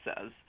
says